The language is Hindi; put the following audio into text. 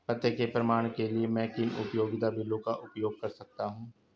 पते के प्रमाण के लिए मैं किन उपयोगिता बिलों का उपयोग कर सकता हूँ?